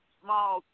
small